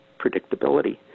predictability